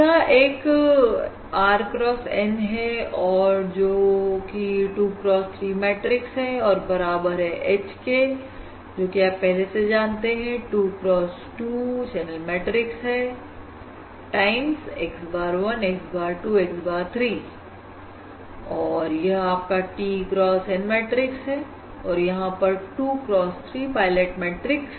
यह एक r cross N और जो कि 2 cross 3 मैट्रिक्स है और बराबर है H के जो कि आप पहले से जानते हैं 2 cross 2 चैनल मैट्रिक्स है time x bar 1 x bar 2 x bar 3 और यह आपका t cross N मैट्रिक्स और यहां पर 2 cross 3 पायलट मैट्रिक्स